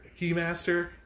Keymaster